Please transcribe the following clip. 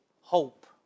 hope